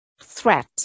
threat